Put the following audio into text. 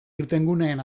irtenguneen